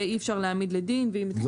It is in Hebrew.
ואי אפשר להעמיד לדין --- יפסיקו.